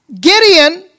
Gideon